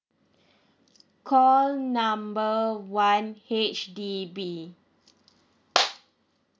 call number one H_D_B